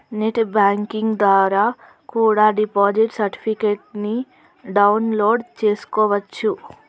net banking ద్వారా కూడా deposit certificates ని డౌన్ లోడ్ చేస్కోవచ్చు